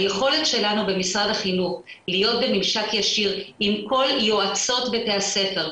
היכולת שלנו במשרד החינוך להיות בממשק ישיר עם כל יועצות בתי הספר,